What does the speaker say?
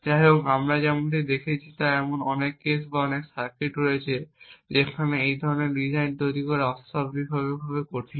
যাইহোক আমরা যেমন দেখেছি এমন অনেক কেস বা অনেক সার্কিট রয়েছে যেখানে এই ধরনের ডিজাইন তৈরি করা অবিশ্বাস্যভাবে কঠিন